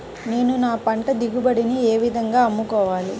నేను నా పంట దిగుబడిని ఏ విధంగా అమ్ముకోవాలి?